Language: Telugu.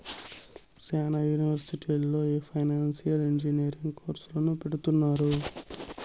శ్యానా యూనివర్సిటీల్లో ఈ ఫైనాన్సియల్ ఇంజనీరింగ్ కోర్సును పెడుతున్నారు